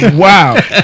wow